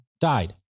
died